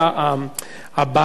הבעיה,